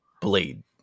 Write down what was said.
blade